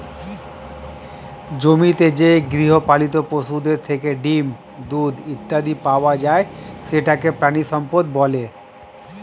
জমিতে যে গৃহপালিত পশুদের থেকে ডিম, দুধ ইত্যাদি পাওয়া যায় সেটাকে প্রাণিসম্পদ বলে